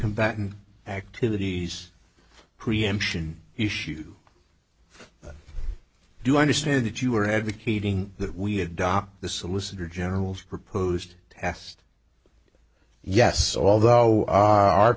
combatant activities preemption issue i do understand that you are advocating that we adopt the solicitor general's proposed asked yes although our